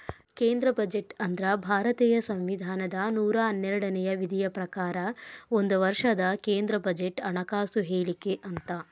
ಕೇಂದ್ರ ಬಜೆಟ್ ಅಂದ್ರ ಭಾರತೇಯ ಸಂವಿಧಾನದ ನೂರಾ ಹನ್ನೆರಡನೇ ವಿಧಿಯ ಪ್ರಕಾರ ಒಂದ ವರ್ಷದ ಕೇಂದ್ರ ಬಜೆಟ್ ಹಣಕಾಸು ಹೇಳಿಕೆ ಅಂತ